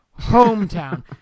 hometown